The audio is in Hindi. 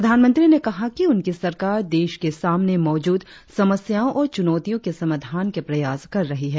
प्रधानमंत्री ने कहा कि उनकी सरकार देश के सामने मौजूद समस्याओं और चुनौतियों के समाधान के प्रयास कर रही है